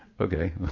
okay